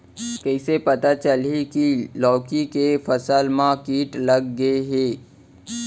कइसे पता चलही की लौकी के फसल मा किट लग गे हे?